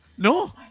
No